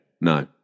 No